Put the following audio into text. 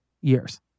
years